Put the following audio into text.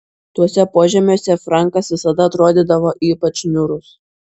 tuose požemiuose frankas visada atrodydavo ypač niūrus